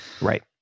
Right